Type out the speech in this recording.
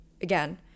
again